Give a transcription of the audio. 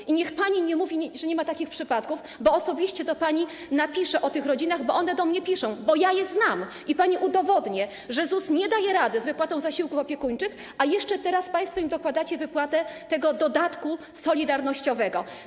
I niech pani nie mówi, że nie ma takich przypadków, bo osobiście do pani napiszę o tych rodzinach, bo one do mnie piszą, bo ja je znam, i pani udowodnię, że ZUS nie daje rady z wypłatą zasiłków opiekuńczych, a jeszcze teraz państwo im dokładacie wypłatę tego dodatku solidarnościowego.